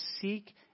seek